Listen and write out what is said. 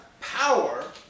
power